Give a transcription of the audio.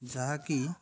ଯାହାକି